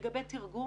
לגבי תרגום.